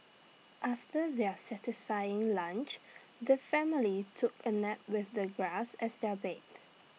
after their satisfying lunch the family took A nap with the grass as their bed